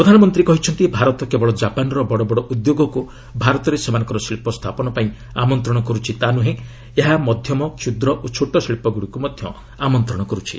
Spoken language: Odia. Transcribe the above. ପ୍ରଧାନମନ୍ତ୍ରୀ କହିଛନ୍ତି ଭାରତ କେବଳ ଜାପାନର ବଡ଼ ବଡ଼ ଉଦ୍ୟୋଗକ୍ର ଭାରତରେ ସେମାନଙ୍କର ଶିଳ୍ପ ସ୍ଥାପନ ପାଇଁ ଆମନ୍ତ୍ରଣ କରୁଛି ତାହା ନୁହେଁ ଏହା ମଧ୍ୟମ କ୍ଷୁଦ୍ର ଓ ଛୋଟ ଶିଚ୍ଚଗୁଡ଼ିକୁ ମଧ୍ୟ ଆମନ୍ତ୍ରଣ କରୁଛି